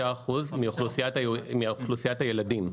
5% מאוכלוסיית הילדים.